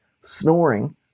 snoring